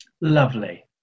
Lovely